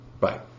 Bye